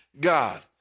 God